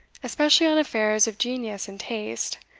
especially on affairs of genius and taste,